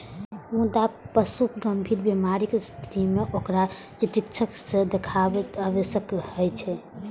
मुदा पशुक गंभीर बीमारीक स्थिति मे ओकरा चिकित्सक सं देखाएब आवश्यक होइ छै